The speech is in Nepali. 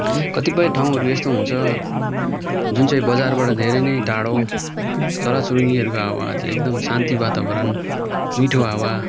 कतिपय ठाउँहरू यस्तो हुन्छ जुन चाहिँ बजारबाट धेरै नै टाडो चराचुरुङ्गीहरूको आवाज एकदम शान्ति वातावरण मिठो हावा